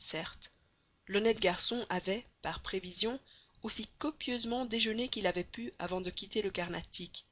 certes l'honnête garçon avait par prévision aussi copieusement déjeuné qu'il avait pu avant de quitter le carnatic